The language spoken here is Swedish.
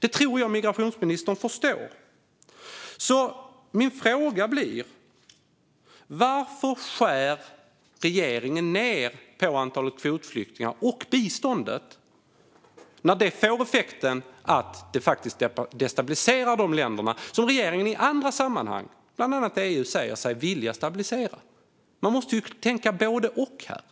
Jag tror att migrationsministern förstår detta. Varför skär regeringen ned på antalet kvotflyktingar och biståndet när det får effekten att det destabiliserar de länder som regeringen i andra sammanhang, bland annat i EU, säger sig vilja stabilisera? Man måste tänka både och här.